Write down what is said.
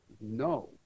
No